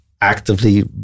actively